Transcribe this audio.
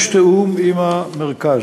יש תיאום עם המרכז.